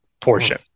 portion